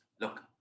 Look